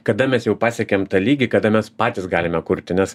kada mes jau pasiekiam tą lygį kada mes patys galime kurti nes